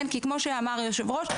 כי כמו שאמר היו"ר,